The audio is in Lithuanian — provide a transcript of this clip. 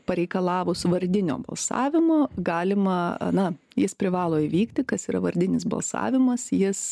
pareikalavus vardinio balsavimo galima na jis privalo įvykti kas yra vardinis balsavimas jis